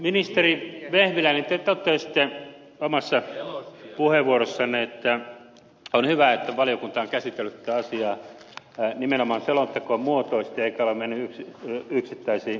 ministeri vehviläinen te totesitte omassa puheenvuorossanne että on hyvä että valiokunta on käsitellyt tätä asiaa nimenomaan selontekomuotoisesti eikä ole mennyt yksittäisiin hankkeisiin